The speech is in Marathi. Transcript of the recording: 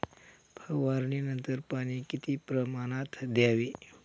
फवारणीनंतर पाणी किती प्रमाणात द्यावे?